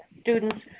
students